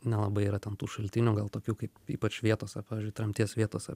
nelabai yra ten tų šaltinių gal tokių kaip ypač vietos ar pavyzdžiui tremties vietos